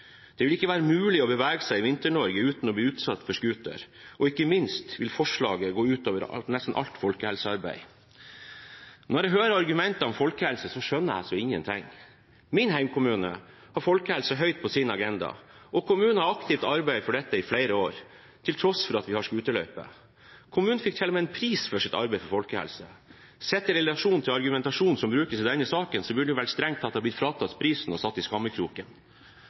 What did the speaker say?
Det vil ikke være mulig å bevege seg i Vinter-Norge uten å bli utsatt for scooter, og ikke minst vil forslaget gå ut over nesten alt folkehelsearbeid. Når jeg hører argumentene om folkehelse, skjønner jeg ingen ting. Min hjemkommune har folkehelse høyt på sin agenda. Kommunen har aktivt arbeidet for dette i flere år – til tross for at vi har scooterløype. Kommunen fikk til og med en pris for sitt arbeid for folkehelsen. Sett i relasjon til argumentasjonen som brukes i denne saken, burde vi vel strengt tatt blitt fratatt prisen og satt i skammekroken!